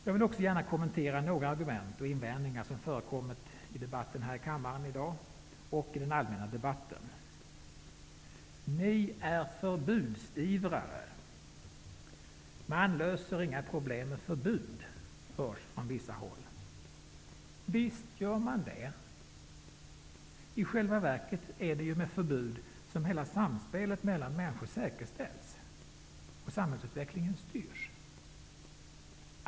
Jag vill också gärna kommentera några argument och invändningar som har förekommit i debatten här i kammaren och i den allmänna debatten. Ni är förbudsivrare. Man löser inga problem med förbud, hörs från vissa håll. Visst gör man det! I själva verket är det ju med förbud som hela samspelet mellan människor säkerställs och samhällsutvecklingen styrs.